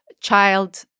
child